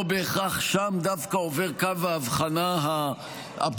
לא בהכרח שם דווקא עובר קו ההבחנה האבסולוטי,